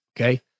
Okay